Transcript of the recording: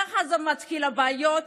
ככה מתחילות הבעיות,